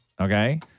Okay